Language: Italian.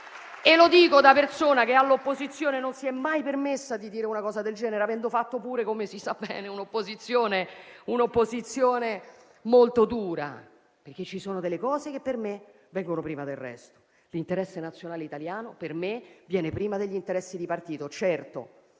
e lo dico da persona che all'opposizione non si è mai permessa di dire una cosa del genere, avendo fatto pure, come si sa bene, un'opposizione molto dura, perché ci sono delle cose che per me vengono prima del resto. L'interesse nazionale italiano per me viene prima degli interessi di partito.